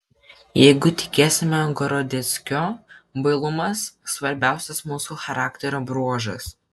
jeigu tikėsime gorodeckiu bailumas svarbiausias mūsų charakterio bruožas